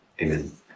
Amen